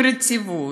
עם רטיבות,